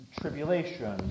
tribulation